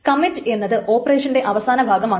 commit എന്നത് ഓപ്പറേഷന്റെ അവസാന ഭാഗമാണ്